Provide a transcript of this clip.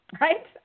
Right